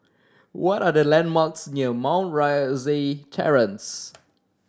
what are the landmarks near Mount Rosie Terrace